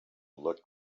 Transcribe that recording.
looked